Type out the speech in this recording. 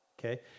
okay